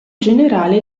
generale